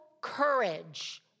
courage